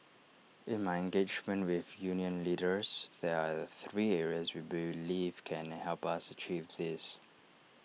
in my engagement with union leaders there are three areas we believe can help us achieve this